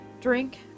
drink